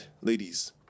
ladies